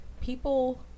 people